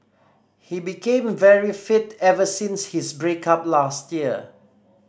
he became very fit ever since his break up last year